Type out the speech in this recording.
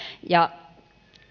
ja